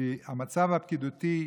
כי המצב הפקידותי,